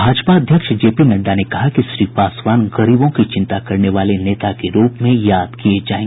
भाजपा अध्यक्ष जेपी नड्डा ने कहा है कि श्री पासवान गरीबों की चिंता करने वाले नेता के रूप में याद किए जाएंगे